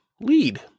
lead